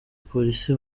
polisi